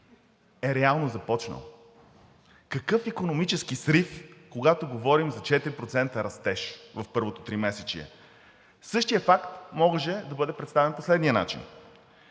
е реално започнал.“ Какъв икономически срив, когато говорим за 4% растеж в първото тримесечие?! Същият факт може да бъде представен по следния начин: